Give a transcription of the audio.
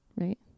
right